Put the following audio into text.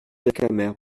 vercamer